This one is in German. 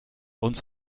uns